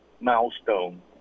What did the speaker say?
milestone